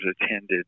attended